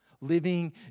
living